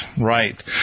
right